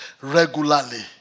regularly